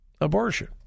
abortion